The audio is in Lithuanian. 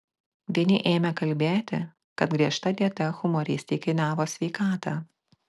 vieni ėmė kalbėti kad griežta dieta humoristei kainavo sveikatą